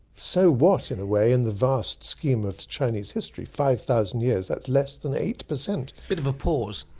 so what, in a way. in the vast scheme of chinese history, five thousand years, that's less than eight percent. a bit of a pause.